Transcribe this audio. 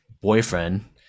boyfriend